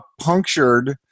punctured